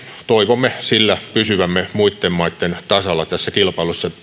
toivomme sillä pysyvämme muitten maitten tasalla tässä kilpailussa